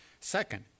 Second